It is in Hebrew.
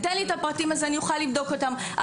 תן לי את הפרטים, אז אוכל לבדוק אותם.